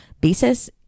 basis